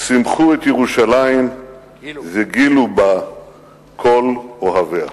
"שמחו את ירושלים וגילו בה כל אוהביה".